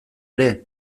ere